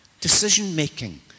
decision-making